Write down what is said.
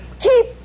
keep